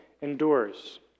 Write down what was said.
endures